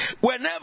Whenever